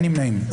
הצבעה לא אושרו.